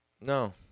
No